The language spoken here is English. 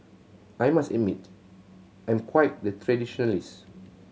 I must admit I'm quite the traditionalist